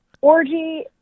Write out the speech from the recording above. orgy